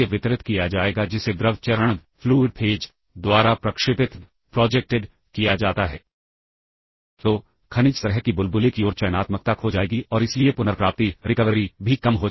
उन्होंने call instruction को इसी प्रकार से एग्जीक्यूट किया है ताकि प्रोग्राम काउंटर वैल्यू स्टैक पर पहले से ही से ही सेव हो जाए